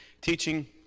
Teaching